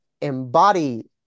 embody